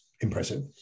impressive